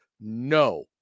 no